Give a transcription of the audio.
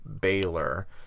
Baylor